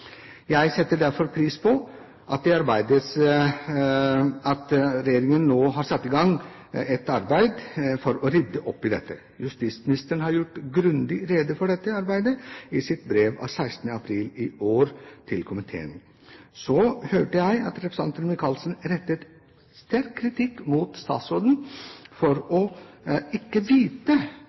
Jeg setter derfor pris på at regjeringen nå har satt i gang et arbeid for å rydde opp i dette. Justisministeren har gjort grundig rede for dette arbeidet i sitt brev av 16. april i år til komiteen. Så hørte jeg at representanten Michaelsen rettet sterk kritikk mot statsråden for ikke å vite